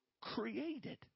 created